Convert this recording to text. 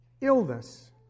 illness